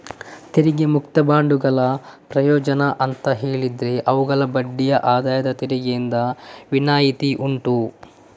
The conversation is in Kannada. ತೆರಿಗೆ ಮುಕ್ತ ಬಾಂಡುಗಳ ಪ್ರಯೋಜನ ಅಂತ ಹೇಳಿದ್ರೆ ಅವುಗಳ ಬಡ್ಡಿಗೆ ಆದಾಯ ತೆರಿಗೆಯಿಂದ ವಿನಾಯಿತಿ ಉಂಟು